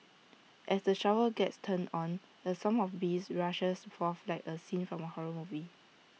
as the shower gets turned on A swarm of bees rushes forth like A scene from A horror movie